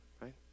right